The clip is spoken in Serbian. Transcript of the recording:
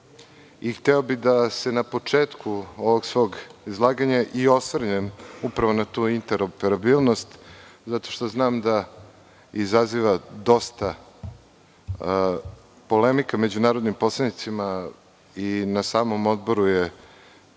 i hteo bih da se na početku ovog svog izlaganja i osvrnem upravo na tu interoperabilnost, zato što znam da izaziva dosta polemika među narodnim poslanicima i na samom odboru,